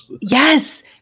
Yes